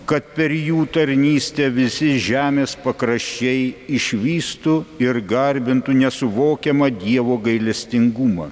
kad per jų tarnystę visi žemės pakraščiai išvystų ir garbintų nesuvokiamą dievo gailestingumą